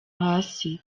hasi